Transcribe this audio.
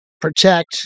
protect